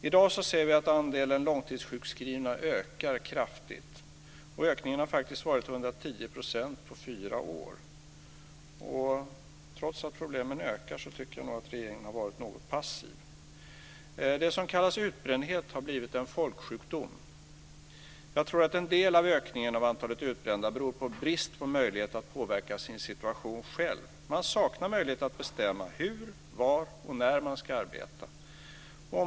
I dag ser vi att andelen långtidssjukskrivna ökar kraftigt. Ökningen har faktiskt varit 110 % på fyra år. Trots att problemen ökar tycker jag nog att regeringen har varit något passiv. Det som kallas utbrändhet har blivit en folksjukdom. Jag tror att en del av ökningen av antalet utbrända beror på brist på möjlighet att påverka sin situation själv. Man saknar möjlighet att bestämma hur, var och när man ska arbeta.